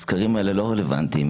הסקרים האלה לא רלוונטיים.